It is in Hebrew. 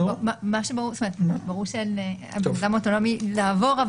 מה שברור שאדם הוא אוטונומי לעבור,